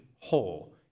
whole